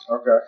Okay